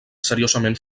seriosament